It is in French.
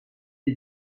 les